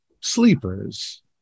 sleepers